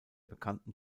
bekannten